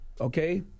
okay